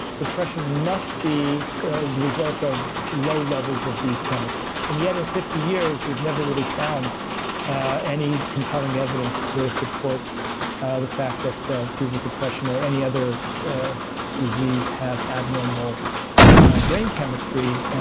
depression must be the result of low levels of these chemicals. and yet, in fifty years, we've never really found any compelling evidence to support ah the fact that people with depression or any other disease have abnormal brain chemistry. and